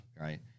right